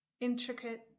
intricate